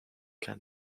can